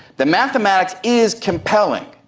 the mathematics is compelling,